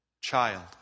child